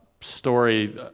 story